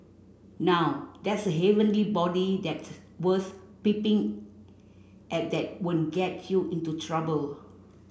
now that's a heavenly body that's worth peeping at that won't get you into trouble